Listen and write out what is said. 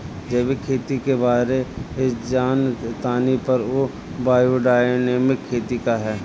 जैविक खेती के बारे जान तानी पर उ बायोडायनमिक खेती का ह?